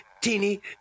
teeny